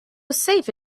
safe